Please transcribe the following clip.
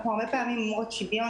הרבה פעמים אנחנו אומרות "שוויון",